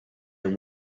than